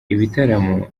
ibitaramo